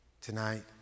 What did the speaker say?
Tonight